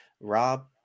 Rob